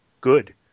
good